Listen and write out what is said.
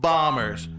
Bombers